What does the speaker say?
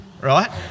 right